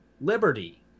liberty